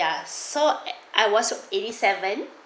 so I saw I was eighty seven